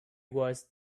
was